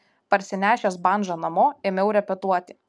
parsinešęs bandžą namo ėmiau repetuoti